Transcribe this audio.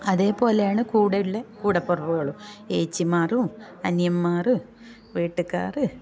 അതേപോലെയാണ് കൂടെയുള്ള കൂടപ്പിറപ്പുകളും ഏച്ചിമാരും അനിയന്മാർ വീട്ടുകാർ